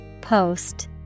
Post